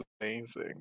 amazing